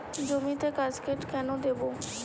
জমিতে কাসকেড কেন দেবো?